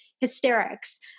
hysterics